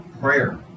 prayer